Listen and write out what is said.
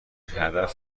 هدف